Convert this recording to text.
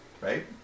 right